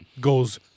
goes